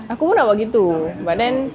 aku pun nak buat gitu but then